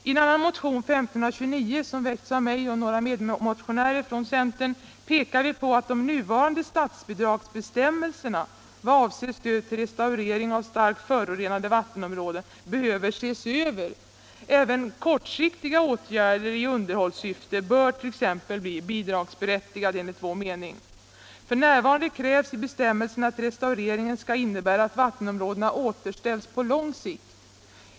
I en annan motion, nr 1529, som väckts av mig och några medmotionärer från centern pekar vi på att de nuvarande statsbidragsbestämmelserna om stöd till restaurering av starkt förorenade vattenområden behöver ses över. Även kortsiktiga åtgärder i underhållssyfte bör enligt vår mening bli bidragsberättigade. F. n. krävs i bestämmelserna att restaureringen skall innebära att vattenområdena återställs på lång sikt.